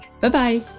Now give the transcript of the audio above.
Bye-bye